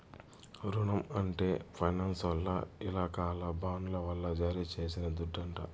రునం అంటే ఫైనాన్సోల్ల ఇలాకాల బాండ్ల వల్ల జారీ చేసిన దుడ్డంట